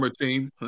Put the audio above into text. team